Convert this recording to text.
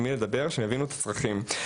עם מי לדבר ושיבינו את הצרכים שלהם.